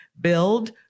Build